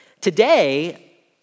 Today